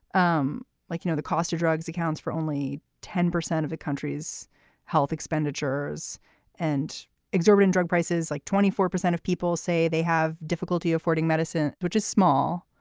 um like you know the cost of drugs accounts for only ten percent of the country's health expenditures and exorbitant drug prices like twenty four percent of people say they have difficulty affording medicine which is small